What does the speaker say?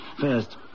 First